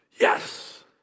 Yes